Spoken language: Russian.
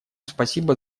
спасибо